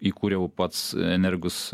įkūriau pats energus